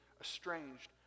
estranged